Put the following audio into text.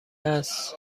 است